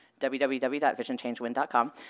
www.visionchangewin.com